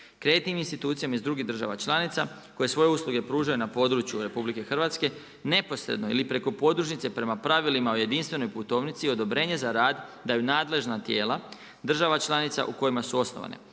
Kreditnim institucijama iz drugih država članica, koje svoje usluge pružaju na području RH, neposredno ili preko podružnice prema pravilima o jedinstvenoj putovnici, odobrenja za rad da nadležna tijela država članica u kojima su osnovane.